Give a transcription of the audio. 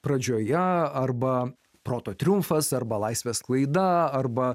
pradžioje arba proto triumfas arba laisvės sklaida arba